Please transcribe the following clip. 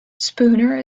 spooner